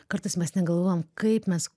kartais mes negalvojam kaip mes